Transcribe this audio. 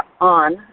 on